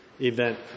event